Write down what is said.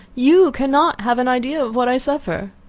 you cannot have an idea of what i suffer.